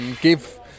give